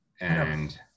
and-